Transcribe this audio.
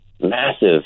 massive